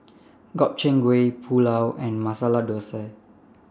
Gobchang Gui Pulao and Masala Dosa